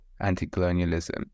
anti-colonialism